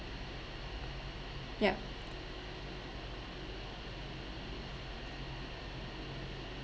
yup